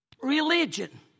religion